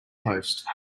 post